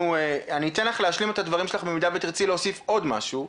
אתן לך להשלים את דברייך במידה ותרצי להוסיף עוד משהו,